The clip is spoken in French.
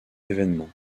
événement